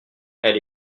elles